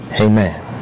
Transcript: Amen